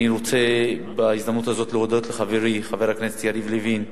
אני רוצה בהזדמנות הזו להודות לחברי חבר הכנסת יריב לוין,